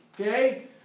Okay